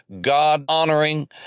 God-honoring